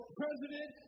president